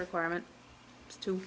requirement to